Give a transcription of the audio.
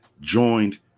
joined